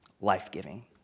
life-giving